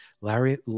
larry